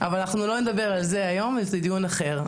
לא נדבר על זה היום, זה דיון אחר.